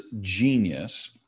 genius